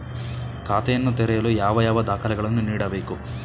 ಖಾತೆಯನ್ನು ತೆರೆಯಲು ಯಾವ ಯಾವ ದಾಖಲೆಗಳನ್ನು ನೀಡಬೇಕು?